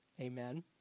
Amen